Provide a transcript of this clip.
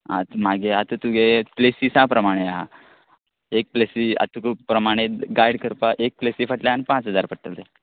आत मागे आत तुगे प्लेसिसा प्रमाणे आ एक प्लेसी आत तुक प्रमाणे गायड करपा एक प्लेसी फाटल्यान पांच हजार पडटले